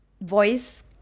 voice